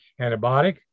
antibiotic